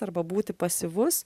arba būti pasyvus